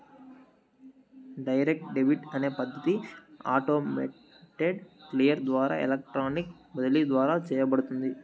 direct debit అనే పద్ధతి automated clear ద్వారా ఎలక్ట్రానిక్ బదిలీ ద్వారా చేయబడుతుంది